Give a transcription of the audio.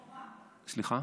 לכאורה.